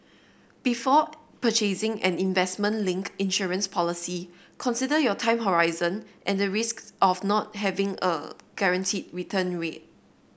before purchasing an investment linked insurance policy consider your time horizon and the risks of not having a guaranteed return rate